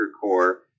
core